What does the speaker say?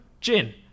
gin